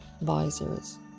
visors